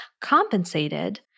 compensated